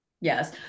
Yes